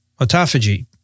autophagy